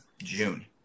June